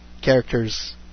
characters